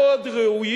רובם מאוד ראויים.